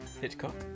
Hitchcock